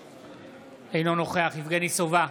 אינו נוכח יבגני סובה,